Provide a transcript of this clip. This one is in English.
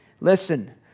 Listen